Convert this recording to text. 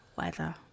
weather